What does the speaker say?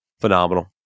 Phenomenal